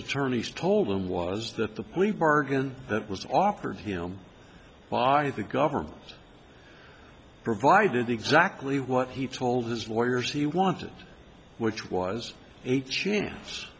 attorneys told him was that the plea bargain that was offered him by the government provided exactly what he told his lawyers he wanted which was a chance